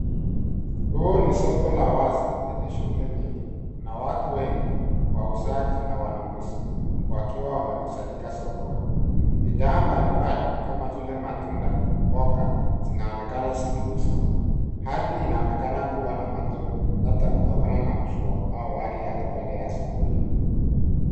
Huu ni soko la wazi le nye shughuli nyingi. Kuna watu wengi wauzaji na wanunuzi wakiwa wamekusanyika sokono. Bidhaa mbalimbali kama vile matunda, mboga zinaonekana zikiuzwa. Ardhi inaonekana kuwa na matope labda kutokana na mvua au hali ya kawaida ya soko hilo.